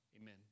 Amen